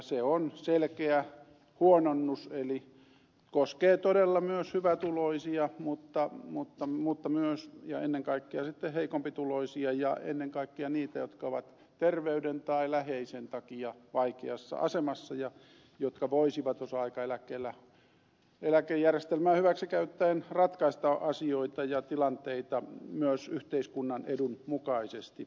se on selkeä huononnus eli koskee todella myös hyvätuloisia mutta myös ja ennen kaikkea heikompituloisia ja ennen kaikkea niitä jotka ovat terveyden tai läheisen takia vaikeassa asemassa jotka voisivat osa aikaeläkejärjestelmää hyväksi käyttäen ratkaista asioita ja tilanteita myös yhteiskunnan edun mukaisesti